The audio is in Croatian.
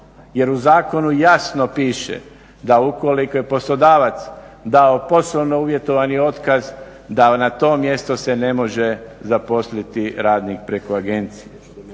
Jer u zakonu jasno piše da ukoliko je poslodavac dao poslovno uvjetovani otkaz da na to mjesto se ne može zaposliti radnik preko agencije.